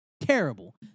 Terrible